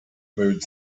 mood